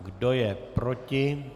Kdo je proti?